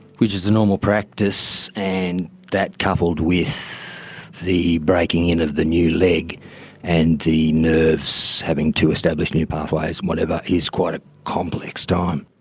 which is the normal practice. and that coupled with the breaking in of the new leg and the nerves having to establish new pathways, whatever, is quite a complex time.